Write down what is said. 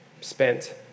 spent